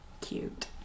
Cute